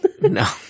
No